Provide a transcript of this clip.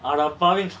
adapavings